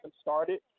started